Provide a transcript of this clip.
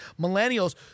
millennials